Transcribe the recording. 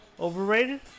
Overrated